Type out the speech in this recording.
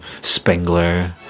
Spengler